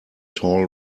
tall